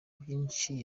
byinshi